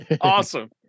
awesome